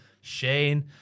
Shane